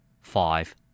Five